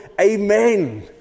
Amen